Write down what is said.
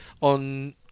on